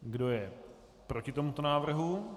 Kdo je proti tomuto návrhu?